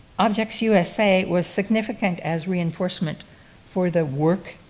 objects usa was significant as reinforcement for the work,